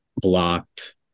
blocked